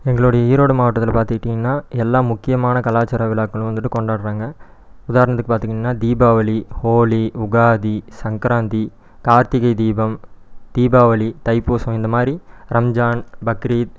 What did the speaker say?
எங்களோடையே ஈரோடு மாவட்டத்தில் பார்த்துக்கிட்டிங்கன்னா எல்லா முக்கியமான கலாச்சார விழாக்களும் வந்துவிட்டு கொண்டாடுறாங்க உதாரணத்துக்கு பார்த்திங்கன்னா தீபாவளி ஹோலி உகாதி சங்கராந்தி கார்த்திகை தீபம் தீபாவளி தை பூசம் இந்த மாரி ரம்ஜான் பக்ரீத்